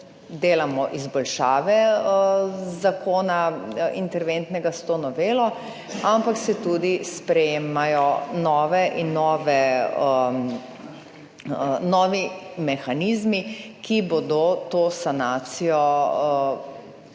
delamo izboljšave zakona, interventnega, s to novelo, ampak se tudi sprejemajo nove in nove, novi mehanizmi, ki bodo to sanacijo